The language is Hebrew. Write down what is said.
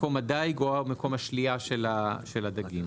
מקום הדיג או מקום השלייה של הדגים;